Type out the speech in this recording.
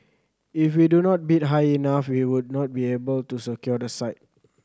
if we do not bid high enough we would not be able to secure the site